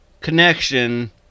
connection